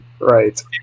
Right